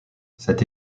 cette